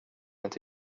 inte